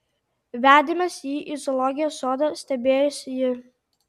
vedėmės jį į zoologijos sodą stebėjosi ji